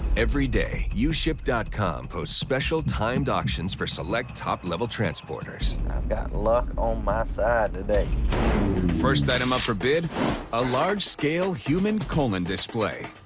every day yeah uship dot com posts special timed auctions for select top level transporters i've got luck on my side today first item up for bid a large-scale human colon display